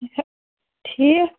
ٹھیٖک